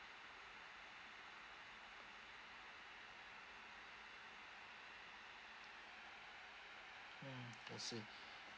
mm I see